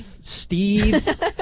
Steve